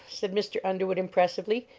said mr. underwood, impressively,